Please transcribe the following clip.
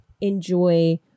enjoy